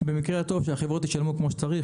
במקרה הטוב שהחברות ישלמו כמו שצריך,